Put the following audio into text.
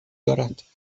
دارد